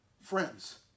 Friends